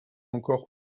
encore